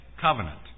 Covenant